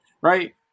right